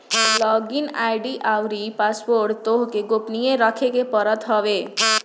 log in ID अउरी password तोहके गोपनीय रखे के पड़त हवे